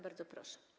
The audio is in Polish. Bardzo proszę.